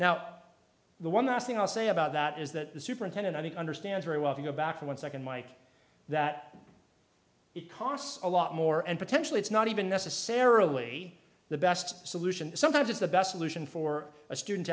now the one last thing i'll say about that is that the superintendent i think understands very well if you go back to one second mike that it costs a lot more and potentially it's not even necessarily the best solution sometimes it's the best solution for a student